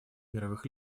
мировых